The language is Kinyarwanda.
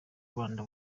rwanda